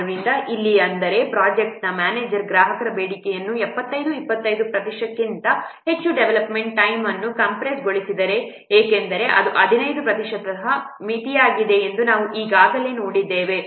ಆದ್ದರಿಂದ ಅಲ್ಲಿ ಅಂದರೆ ಪ್ರೊಜೆಕ್ಟ್ ಮ್ಯಾನೇಜರ್ ಗ್ರಾಹಕರ ಬೇಡಿಕೆಯನ್ನು 75 25 ಪ್ರತಿಶತಕ್ಕಿಂತ ಹೆಚ್ಚು ಡೆವಲಪ್ಮೆಂಟ್ ಟೈಮ್ ಅನ್ನು ಕಂಪ್ರೇಸ್ಗೊಳಿಸಿದರೆ ಏಕೆಂದರೆ ಅದು 75 ಪ್ರತಿಶತ ಮಿತಿಯಾಗಿದೆ ಎಂದು ನಾವು ಈಗಾಗಲೇ ನೋಡಿದ್ದೇವೆ